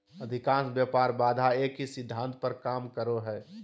अधिकांश व्यापार बाधा एक ही सिद्धांत पर काम करो हइ